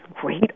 great